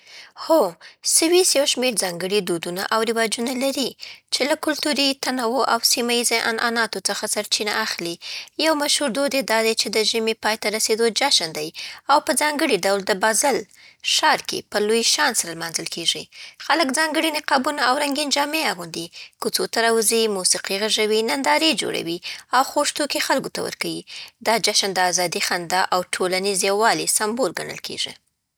هو، سویس یو شمېر ځانګړي دودونه او رواجونه لري، چې له کلتوري تنوع او سیمه‌ییزو عنعناتو څخه سرچینه اخلي. یو مشهور دود یې دا دی چې د ژمي پای ته رسېدو جشن دی، او په ځانګړي ډول د بازل ښار کې په لوي شان سره لمانځل کېږي. خلک ځانګړي نقابونه او رنګین جامې اغوندي، کوڅو ته راوځي، موسیقي غږوي، نندارې جوړوي، او خوږ توکي خلکو ته ورکوي. دا جشن د ازادۍ، خندا، او ټولنیز یووالي سمبول ګڼل کېږي.